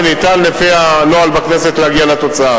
אם אפשר לפי הנוהל בכנסת להגיע לתוצאה הזאת.